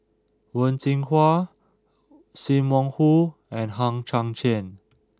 Wen Jinhua Sim Wong Hoo and Hang Chang Chieh